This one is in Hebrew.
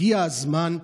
הגיע הזמן,